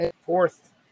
Fourth